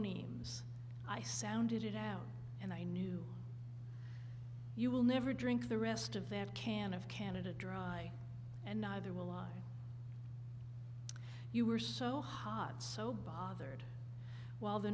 phonemes i sounded it out and i knew you will never drink the rest of that can of canada dry and neither will i you were so hot so bothered while the